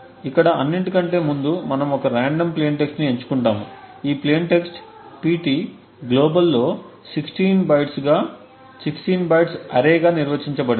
కాబట్టి ఇక్కడ అన్నింటికంటే ముందు మనము ఒక రాండమ్ ప్లేయిన్ టెక్స్ట్ను ఎంచుకుంటాము ఈ ప్లేయిన్ టెక్స్ట్ pt గ్లోబల్లో 16 బైట్స్ అరే గా నిర్వచించబడింది